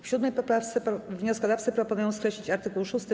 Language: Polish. W 7. poprawce wnioskodawcy proponują skreślić art. 6.